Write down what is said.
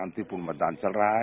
शांतिप्रर्यक मतदान चल रहा है